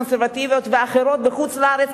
הקונסרבטיביות והאחרות בחוץ-לארץ,